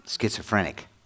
schizophrenic